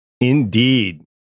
Indeed